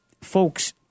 folks